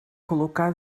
col·locar